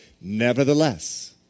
Nevertheless